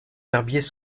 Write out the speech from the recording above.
herbiers